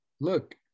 look